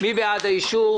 התשל"ה-1975?